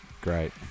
Great